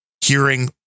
hearing